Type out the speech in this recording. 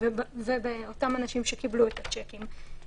ובאותם אנשים שקיבלו את השיקים.